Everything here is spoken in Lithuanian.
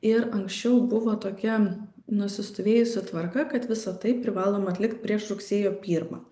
ir anksčiau buvo tokia nusistovėjusi tvarka kad visa tai privaloma atlikt prieš rugsėjo pirmą